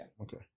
Okay